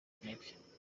intege